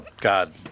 God